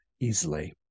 easily